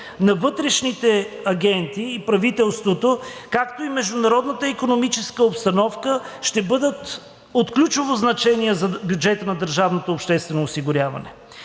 на вътрешните агенти и правителството, както и международната икономическа обстановка ще бъдат от ключово значение за бюджета на